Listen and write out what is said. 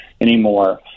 anymore